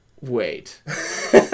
Wait